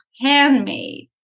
handmade